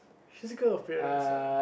physical appearance ah